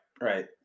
Right